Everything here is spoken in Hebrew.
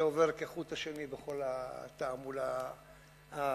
זה עובר כחוט השני בכל התעמולה האנטישמית,